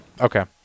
Okay